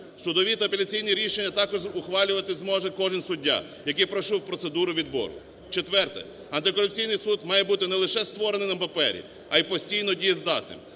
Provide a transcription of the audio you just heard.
Судові та апеляційні рішення також ухвалювати зможе кожен суддя, який пройшов процедуру відбору. Четверте. Антикорупційний суд має бути не лише створеним на папері, а й постійно дієздатним.